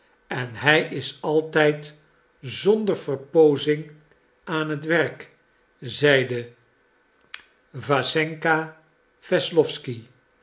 en hij is altijd zonder verpoozing aan het werk zeide wassenka wesslowsky